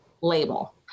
label